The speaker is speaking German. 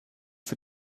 für